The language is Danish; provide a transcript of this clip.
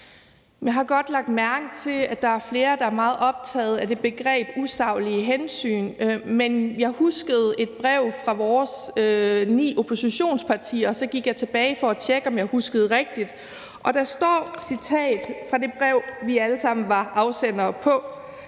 Jeg har godt lagt mærke til, at der er flere, der er meget optaget af begrebet usaglige hensyn. Men jeg huskede et brev fra vores ni oppositionspartier, og så gik jeg tilbage for at tjekke, om jeg huskede rigtigt. Der står i det brev, som vi alle sammen var afsendere af: